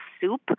soup